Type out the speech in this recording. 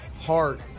heart